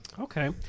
okay